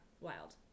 Wild